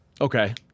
Okay